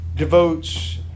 Devotes